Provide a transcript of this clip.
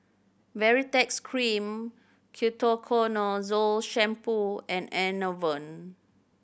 Baritex Cream Ketoconazole Shampoo and Enervon